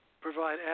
provide